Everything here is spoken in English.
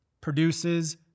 produces